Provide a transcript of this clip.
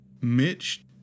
Mitch